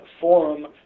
forum